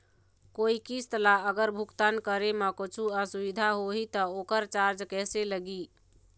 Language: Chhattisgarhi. कोई किस्त ला अगर भुगतान करे म कुछू असुविधा होही त ओकर चार्ज कैसे लगी?